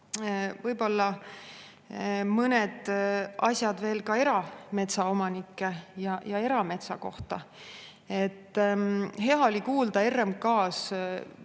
Võib-olla mõned asjad veel erametsaomanike ja erametsa kohta. Hea oli kuulda